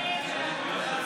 ההצעה